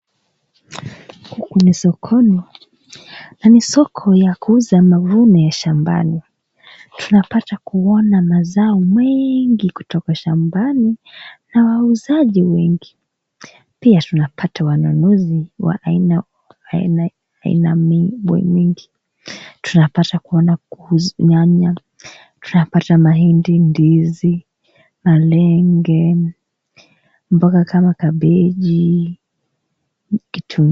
Huku ni sokoni na ni soko ya kuuza mavuno shambani . Yanapata kuona mazao mengi kutoka shambani na wauzaji wengi pia tunapata wanunuzi wa aina aina minnmingi wengi . Tunapata kuona kuuza nyanya. Tunapata mahindi, ndizi , malenge, mboga kama kabeji na kitunguu.